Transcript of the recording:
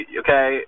okay